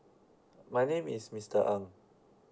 my name is mister ng